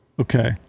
Okay